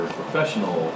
professional